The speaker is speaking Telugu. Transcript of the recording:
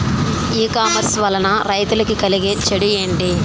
ఈ కామర్స్ వలన రైతులకి కలిగే చెడు ఎంటి?